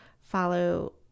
follow